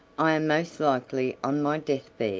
i am most likely on my death-bed.